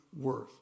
worth